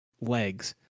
legs